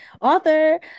author